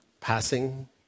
passing